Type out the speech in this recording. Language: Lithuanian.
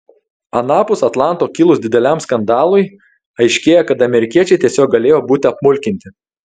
anapus atlanto kilus dideliam skandalui aiškėja kad amerikiečiai tiesiog galėjo būti apmulkinti